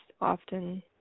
often